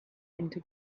into